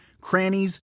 crannies